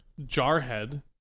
Jarhead